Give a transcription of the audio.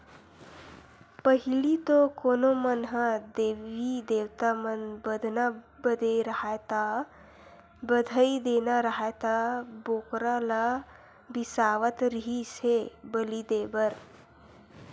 पहिली तो कोनो मन ह देवी देवता म बदना बदे राहय ता, बधई देना राहय त बोकरा ल बिसावत रिहिस हे बली देय बर